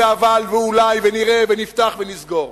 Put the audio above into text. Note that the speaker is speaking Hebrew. ו"אבל" ו"אולי" ו"נראה" ו"נפתח" ו"נסגור",